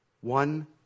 One